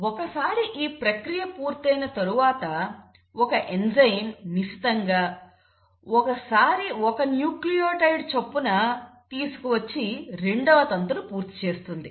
ఒకసారి ఈ ప్రక్రియ పూర్తయిన తరువాత ఒక ఎంజైమ్ నిశితంగా ఒకసారి ఒక న్యూక్లియోటైడ్ చొప్పున తీసుకువచ్చి రెండవ తంతును పూర్తి చేస్తుంది